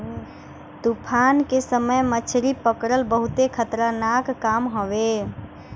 तूफान के समय मछरी पकड़ल बहुते खतरनाक काम हवे